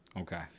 Okay